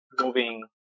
moving